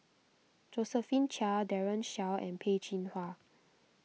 Josephine Chia Daren Shiau and Peh Chin Hua